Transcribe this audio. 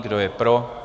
Kdo je pro?